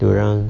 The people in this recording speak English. dia orang